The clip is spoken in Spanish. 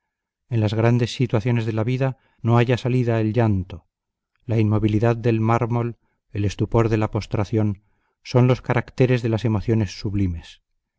en las grandes situaciones de la vida no halla salida el llanto la inmovilidad del mármol el estupor de la postración son los caracteres de las emociones sublimes